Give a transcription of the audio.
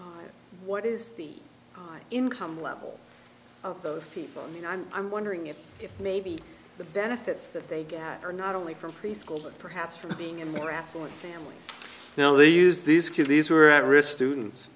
sampled what is the income level of those people i mean i'm i'm wondering if maybe the benefits that they gather not only from preschool but perhaps from being in more affluent families you know they use these kids these were at risk students